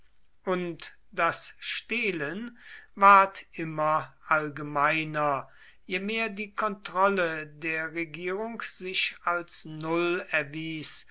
und das stehlen ward immer allgemeiner je mehr die kontrolle der regierung sich als null erwies